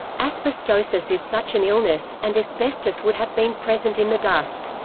asbestosis is such an illness, and asbestos would have been present in the dust.